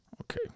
Okay